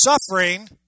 suffering